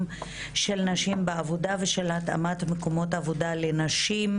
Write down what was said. של נשים בעבודה ושל התאמת מקומות עבודה לנשים,